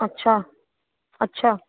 अच्छा अच्छा